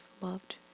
loved